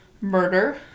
murder